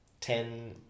Ten